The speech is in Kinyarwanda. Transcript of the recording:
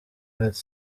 arts